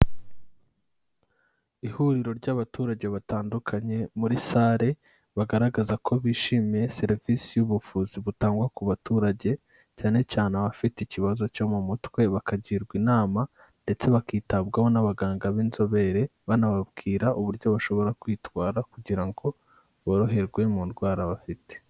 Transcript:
Ihuriro ry'abaturage batandukanye muri sale, bagaragaza ko bishimiye serivise y'ubuvuzi butangwa ku baturage, cyane cyane abafite ikibazo cyo mu mutwe bakagirwa inama ndetse bakitabwaho n'abaganga b'inzobere, banababwira uburyo bashobora kwitwara kugira ngo boroherwe mu ndwara bafite.